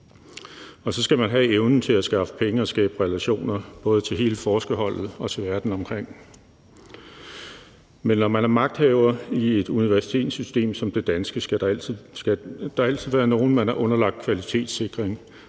Og så skal man have evnen til at skaffe penge og skabe relationer, og det gælder både i forhold til hele forskerholdet og i forhold til verden omkring. Men når man er magthaver i et universitetssystem som det danske, skal der altid være nogen, man er underlagt kvalitetssikring